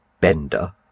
bender